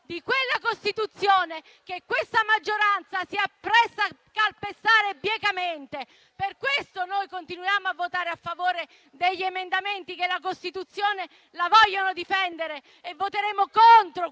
di quella Costituzione che questa maggioranza si appresta a calpestare biecamente. Per questo, noi continuiamo a votare a favore degli emendamenti che la Costituzione vogliono difenderla e voteremo contro questo